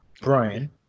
brian